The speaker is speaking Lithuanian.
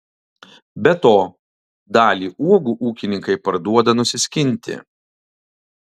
be to dalį uogų ūkininkai parduoda nusiskinti